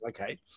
Okay